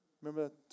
Remember